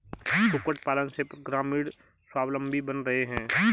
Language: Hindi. कुक्कुट पालन से ग्रामीण स्वाबलम्बी बन रहे हैं